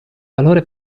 valore